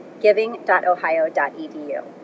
giving.ohio.edu